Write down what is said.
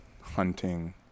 hunting